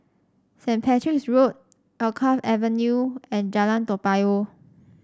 Saint Patrick's Road Alkaff Avenue and Jalan Toa Payoh